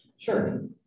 Sure